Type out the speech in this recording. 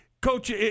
Coach